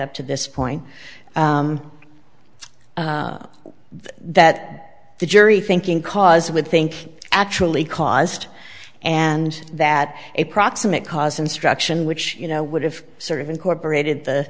up to this point that the jury thinking cause would think actually caused and that a proximate cause instruction which you know would have sort of incorporated the